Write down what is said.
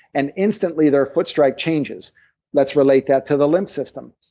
and instantly their foot strike changes let's relate that to the lymph system.